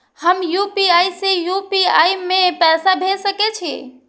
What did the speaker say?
हम यू.पी.आई से यू.पी.आई में पैसा भेज सके छिये?